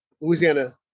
Louisiana